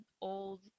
old